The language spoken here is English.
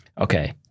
Okay